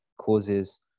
causes